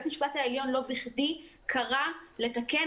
בית המשפט העליון לא בכדי קרא לתקן